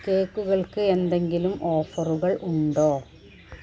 കേക്കുകൾക്ക് എന്തെങ്കിലും ഓഫറുകൾ ഉണ്ടോ